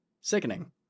Sickening